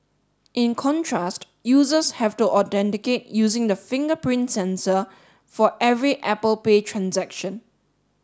in contrast users have to authenticate using the fingerprint sensor for every Apple Pay transaction